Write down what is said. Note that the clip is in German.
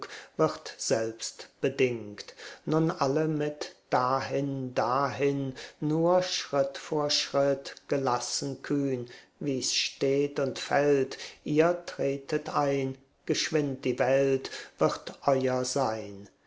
wird selbst bedingt nur alle mit dahin dahin nur schritt vor schritt gelassen kühn wie's steht und fällt ihr tretet ein geschwind die welt wird euer sein